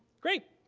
great!